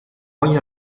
ogni